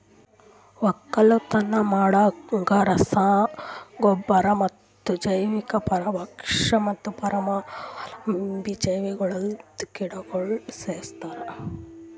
ಒಕ್ಕಲತನ ಮಾಡಾಗ್ ರಸ ಗೊಬ್ಬರ ಮತ್ತ ಜೈವಿಕ, ಪರಭಕ್ಷಕ ಮತ್ತ ಪರಾವಲಂಬಿ ಜೀವಿಗೊಳ್ಲಿಂದ್ ಕೀಟಗೊಳ್ ಸೈಸ್ತಾರ್